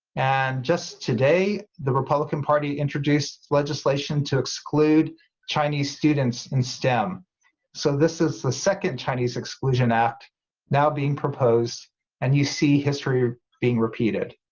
and just today the republican party introduced legislation to exclude chinese students in stem so this is the second chinese exclusion act now being proposed and you see history being repeated.